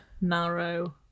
narrow